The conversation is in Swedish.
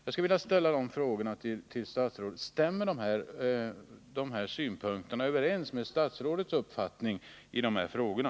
Jag skulle också vilja fråga statsrådet: Stämmer de synpunkterna överens med statsrådets uppfattning i de här frågorna?